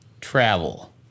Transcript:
travel